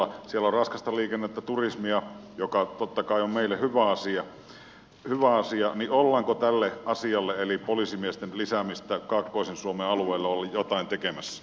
siellä on raskasta liikennettä turismia mikä totta kai on meille hyvä asia joten ollaanko tälle asialle eli poliisimiesten lisäämiselle kaakkoisen suomen alueelle jotain tekemässä